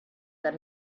that